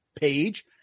page